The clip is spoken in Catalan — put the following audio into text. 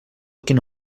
quina